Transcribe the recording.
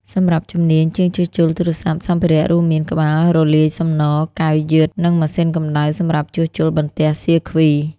សម្រាប់ជំនាញ ជាងជួសជុលទូរសព្ទ សម្ភារៈរួមមានក្បាលរលាយសំណរ កែវយឹត និងម៉ាស៊ីនកម្ដៅសម្រាប់ជួសជុលបន្ទះសៀគ្វី។